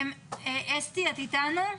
אסתי, את איתנו?